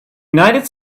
united